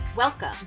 Welcome